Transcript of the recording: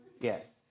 Yes